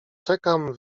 czekam